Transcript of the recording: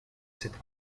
cette